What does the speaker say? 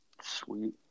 Sweet